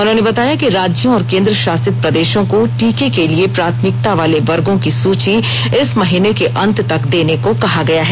उन्होंने बताया कि राज्यों और केंद्रशासित प्रदेशों को टीके के लिए प्राथमिकता वाले वर्गों की सूची इस महीने के अंत तक देने को कहा गया है